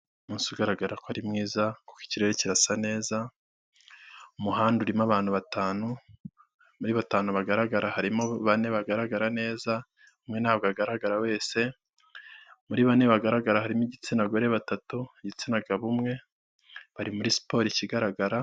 Umunsi ugaragara ko ari mwiza kuko ikirere kirasa neza, umuhanda urimo abantu batanu, muri batanu bagaragara harimo bane bagaragara neza umwe ntabwo agaragara wese, muri bane bagaragara harimo igitsina gore batatu, igitsina gabo umwe, bari muri siporo ikigaragara.